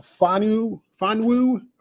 Fanwu